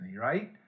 right